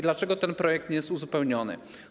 Dlaczego ten projekt nie jest uzupełniony?